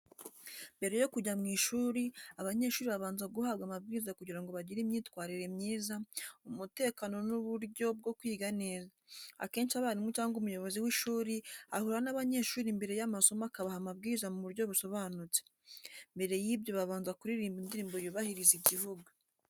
Mbere yo kujya mu ishuri, abanyeshuri babanza guhabwa amabwiriza kugira ngo bagire imyitwarire myiza, umutekano, n’uburyo bwo kwiga neza. Akenshi abarimu cyangwa umuyobozi w’ishuri ahura n’abanyeshuri mbere y’amasomo akabaha amabwiriza mu buryo busobanutse. Mbere y'ibyo babanza kuririmba indirimbo yubahiriza igihu.